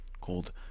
called